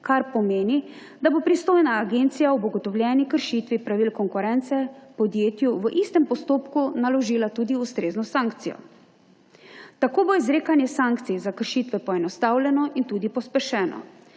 kar pomeni, da bo pristojna agencija ob ugotovljeni kršitvi pravil konkurence podjetju v istem postopku naložila tudi ustrezno sankcijo. Tako bo izrekanje sankcij za kršitve poenostavljeno in tudi pospešeno,